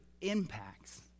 impacts